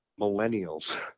millennials